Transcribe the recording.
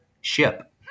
ship